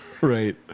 Right